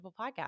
Podcast